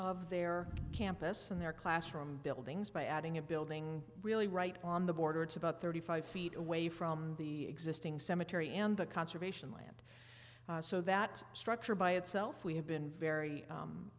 of their campus and their classroom buildings by adding a building really right on the border it's about thirty five feet away from the existing cemetery and the conservation land so that structure by itself we have been very